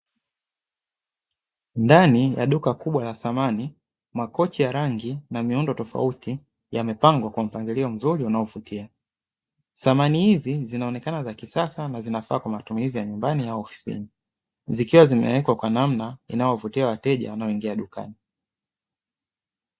Ndani ya duka kubwa la samani, makochi ya rangi na miundo tofauti yamepangwa kwa mpangilio mzuri unaovutia. Samani hizi zinaonekana za kisasa, na zinafaa kwa matumizi ya nyumbani au ofisini, zikiwa zimewekwa kwa namna inayovutia wateja wanaoingia dukani.